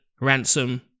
Ransom